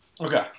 Okay